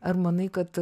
ar manai kad